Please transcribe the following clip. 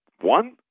one